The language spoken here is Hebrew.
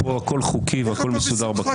פה הכול חוקי והכול מסודר בכנסת.